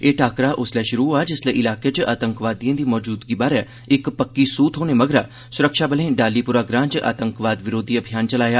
एह टाक्करा उसलै श्रु होआ जिसलै इलाके च आतंकवादिएं दी मौजूदगी बारै इक पक्की सूह थ्होने मगरा सुरक्षाबलें डालीपोरा ग्रां च आतंकवाद विरोधी अभियान चलाया